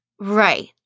Right